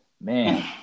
man